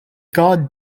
god